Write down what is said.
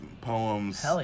poems